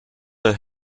her